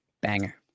banger